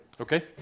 Okay